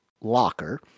locker